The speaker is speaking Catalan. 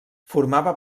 formava